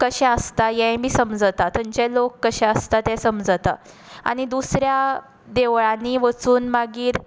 कशें आसता हेंय बी समजता थंयचे लोक कशें आसता तें समजता आनी दुसऱ्या देवळांनी वचून मागीर